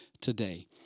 today